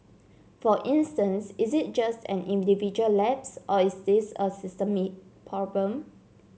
for instance is it just an individual lapse or is this a systemic problem